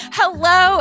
hello